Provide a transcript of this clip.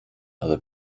other